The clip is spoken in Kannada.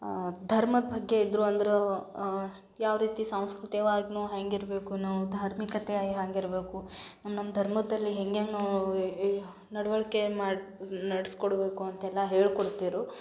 ಧರ್ಮದ ಬಗ್ಗೆ ಇದ್ದರು ಅಂದ್ರೂ ಯಾವ ರೀತಿ ಸಾಂಸ್ಕೃತಿಯವಾಗ್ನೂ ಹೇಗಿರ್ಬೇಕು ನಾವು ಧಾರ್ಮಿಕತೆಯ ಹೇಗಿರ್ಬೇಕು ನಮ್ಮ ಧರ್ಮದಲ್ಲಿ ಹೆಂಗೆಂಗೆ ನಾವು ನಡುವಳ್ಕೆ ಮಾಡಿ ನಡಿಸ್ಕೊಡ್ಬೇಕು ಅಂತೆಲ್ಲ ಹೇಳ್ಕೊಡ್ತಿದ್ರು